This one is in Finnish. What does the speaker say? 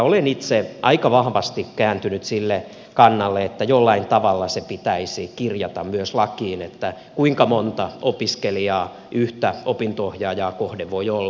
olen itse aika vahvasti kääntynyt sille kannalle että jollain tavalla se pitäisi kirjata myös lakiin kuinka monta opiskelijaa yhtä opinto ohjaaja kohden voi olla